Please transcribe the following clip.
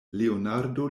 leonardo